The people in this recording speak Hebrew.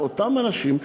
על אותם אנשים.